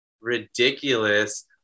ridiculous